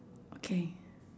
okay